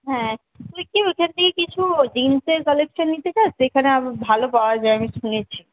হ্যাঁ তুই কি ওইখান থেকে কিছু জিন্সের কালেকশন নিতে চাস ওইখানে ভালো পাওয়া যায় আমি শুনেছি